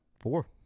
Four